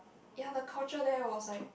ya the culture there was like